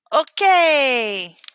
Okay